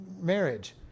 marriage